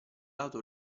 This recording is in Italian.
lato